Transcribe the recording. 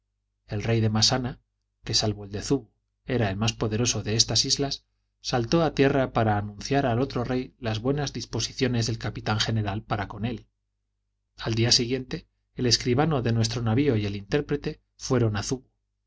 el rey de massana que salvo el de zubu era el más poderoso de estas islas saltó a tierra para anunciar al otro rey las buenas disposiciones del capitán general para con él al día siguiente el escribano de nuestro navio y el intérprete fueron a